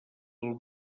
del